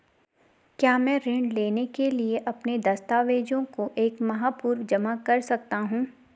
क्या मैं ऋण लेने के लिए अपने दस्तावेज़ों को एक माह पूर्व जमा कर सकता हूँ?